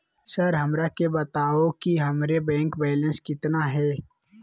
Sir हमरा के बताओ कि हमारे बैंक बैलेंस कितना है?